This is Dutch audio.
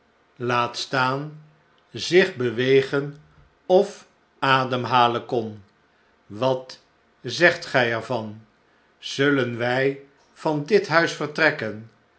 sprekenfmaan zich bewegen of ademhalen kon wat zegt gjj er van zullen wij van dit huis vertrekken